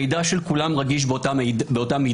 המידע של כולם רגיש באותה מידע.